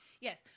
Yes